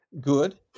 good